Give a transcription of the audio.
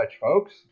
folks